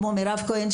כמו מירב כהן,